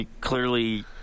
clearly